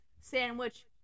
sandwich